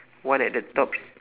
one at the top